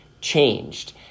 changed